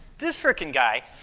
this frickin' guy.